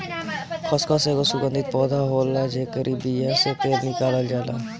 खसखस एगो सुगंधित पौधा होला जेकरी बिया से तेल निकालल जाला